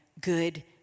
good